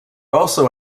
also